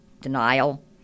denial